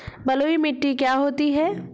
बलुइ मिट्टी क्या होती हैं?